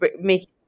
make